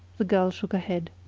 the girl shook her head.